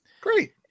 Great